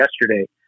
yesterday